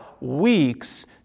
weeks